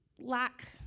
lack